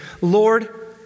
Lord